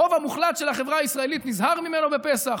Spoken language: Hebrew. הרוב המוחלט של החברה הישראלית נזהר ממנו בפסח.